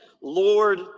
Lord